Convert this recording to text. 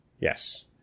Yes